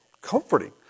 comforting